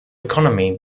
economy